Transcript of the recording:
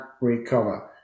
recover